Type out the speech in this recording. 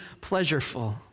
pleasureful